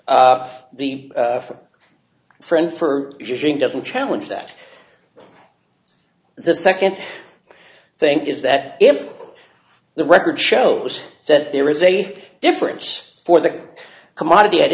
of the for friend for doesn't challenge that the second think is that if the record shows that there is a difference for the commodity at